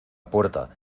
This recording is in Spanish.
puerta